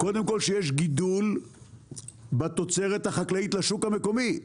קודם כל, שיש גידול בתוצרת החקלאית לשוק המקומי.